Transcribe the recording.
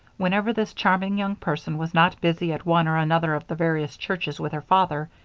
whenever this charming young person was not busy at one or another of the various churches with her father,